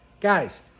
Guys